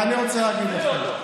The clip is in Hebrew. ואני רוצה להגיד לכם: